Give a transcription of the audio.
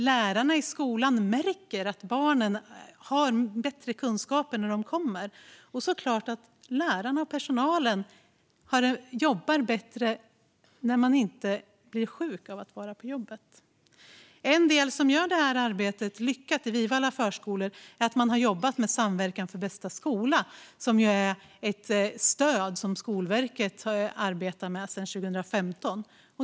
Lärarna i skolan märker att barnen har bättre kunskaper när de kommer dit, och personalen jobbar såklart bättre när de inte blir sjuka av att vara på jobbet. En del i det som gör det här arbetet så lyckat i Vivallas förskolor är Samverkan för bästa skola, som är ett stöd som Skolverket arbetar med sedan 2015.